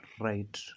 right